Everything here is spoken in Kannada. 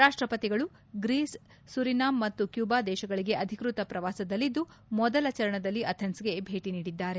ರಾಷ್ಟಪತಿಗಳು ಗ್ರೀಸ್ ಸುರಿನಾಮ್ ಮತ್ತು ಕ್ಕೂಬಾ ದೇಶಗಳಿಗೆ ಅಧಿಕೃತ ಪ್ರವಾಸದಲ್ಲಿದ್ದು ಮೊದಲ ಚರಣದಲ್ಲಿ ಅಥೆನ್ಸ್ಗೆ ಭೇಟಿ ನೀಡಿದ್ದಾರೆ